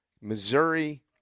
Missouri –